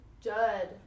Judd